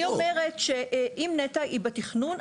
אני אומרת שאם נת"ע היא בתכנון,